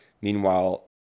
Meanwhile